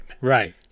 Right